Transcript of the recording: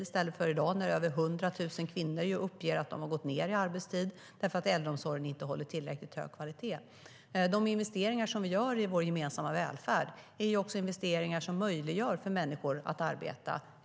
I dag uppger över 100 000 kvinnor att de har gått ned i arbetstid därför att äldreomsorgen inte håller tillräckligt hög kvalitet.De investeringar som vi gör i vår gemensamma välfärd är också investeringar som möjliggör för människor att arbeta.